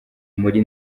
muri